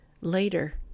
later